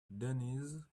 denise